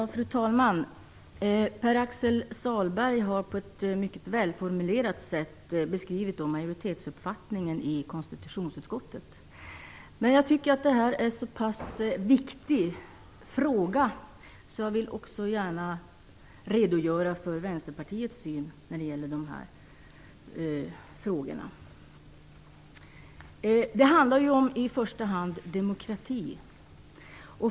Fru talman! Pär-Axel Sahlberg har på ett mycket välformulerat sätt beskrivit majoritetsuppfattningen i konstitutionsutskottet. Jag tycker dock att detta är en så pass viktig fråga att jag gärna vill redogöra för Det handlar i första hand om demokrati.